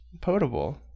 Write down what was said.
Potable